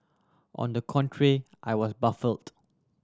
on the contrary I was baffled